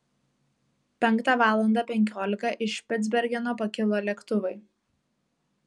penktą valandą penkiolika iš špicbergeno pakilo lėktuvai